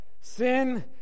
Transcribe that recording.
Sin